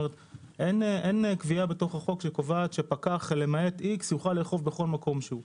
אין קביעה בתוך החוק שקובעת שפקח למעט x יוכל לאכוף בכל מקום שהוא,